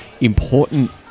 important